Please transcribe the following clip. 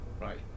Right